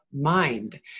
mind